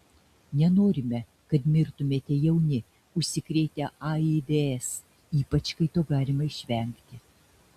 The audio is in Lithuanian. nenorime kad mirtumėte jauni užsikrėtę aids ypač kai to galima išvengti